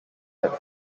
had